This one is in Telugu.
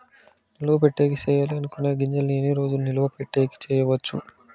నిలువ పెట్టేకి సేయాలి అనుకునే గింజల్ని ఎన్ని రోజులు నిలువ పెట్టేకి చేయొచ్చు